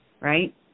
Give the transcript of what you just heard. right